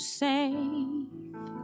safe